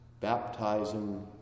baptizing